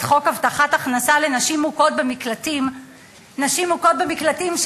את חוק הבטחת הכנסה לנשים מוכות הנמצאות במקלטים,